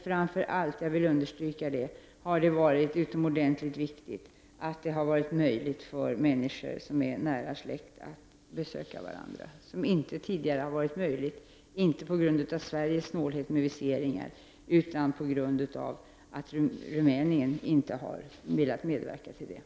Framför allt har det varit utomordentligt viktigt — det vill jag understryka — att det varit möjligt för människor som är nära släkt att besöka varandra, något som de tidigare ej kunnat göra, inte på grund av Sveriges snålhet med viseringar utan på grund av att Rumänien inte har velat medverka till sådana.